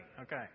Okay